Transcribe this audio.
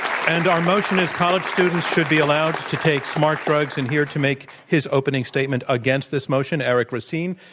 and our motion is college students should be allowed to take smart drugs. and here to make his opening statement against this moment, eric racine.